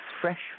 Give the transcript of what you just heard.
fresh